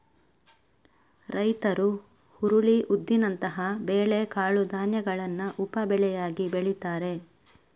ರೈತರು ಹುರುಳಿ, ಉದ್ದಿನಂತಹ ಬೇಳೆ ಕಾಳು ಧಾನ್ಯಗಳನ್ನ ಉಪ ಬೆಳೆಯಾಗಿ ಬೆಳೀತಾರೆ